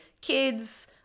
kids